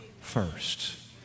first